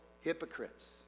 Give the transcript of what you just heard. hypocrites